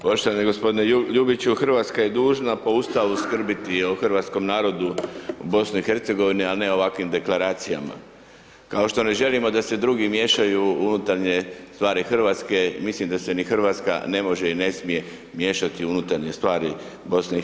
Poštovani g. Ljubiću Hrvatska je dužna po Ustavu skrbiti o Hrvatskom narodu BIH a ne o ovakvim deklaracijama, kao što ne želimo da se drugi miješaju u unutarnje stvari Hrvatske, mislim da se ni Hrvatska, ne može i ne smije miješati u unutarnje stvari BIH.